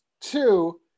two